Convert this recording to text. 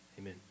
Amen